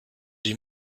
die